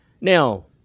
Now